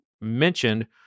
mentioned